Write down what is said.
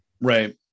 right